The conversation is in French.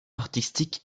artistique